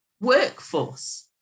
workforce